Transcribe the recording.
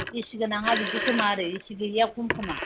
ए सि गोनाङा बिदि खोमा आरो ए सि गैयिया खम खोमा